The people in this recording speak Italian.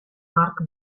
mark